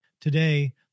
Today